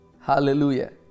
Hallelujah